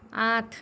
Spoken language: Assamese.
আঠ